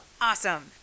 Awesome